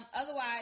Otherwise